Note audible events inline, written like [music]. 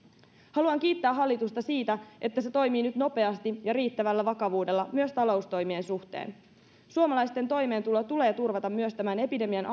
haluan kiittää hallitusta siitä että se toimii nyt nopeasti ja riittävällä vakavuudella myös taloustoimien suhteen suomalaisten toimeentulo tulee turvata myös tämän epidemian [unintelligible]